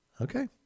Okay